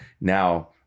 Now